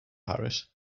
parish